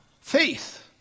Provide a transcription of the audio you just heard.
faith